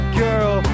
girl